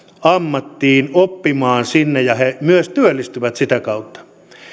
ammattiin oppimaan sinne ja he myös työllistyvät sitä kautta